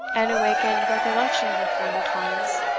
and awakened recollections of former times.